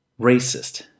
racist